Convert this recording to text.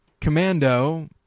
Commando